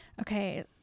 okay